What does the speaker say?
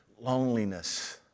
loneliness